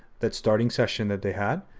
that starting session that they had,